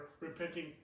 repenting